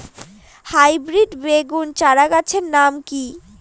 Hybrid বেগুন চারাগাছের নাম কি?